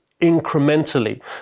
incrementally